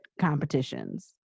competitions